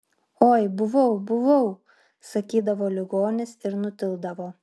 oi buvau buvau sakydavo ligonis ir nutildavo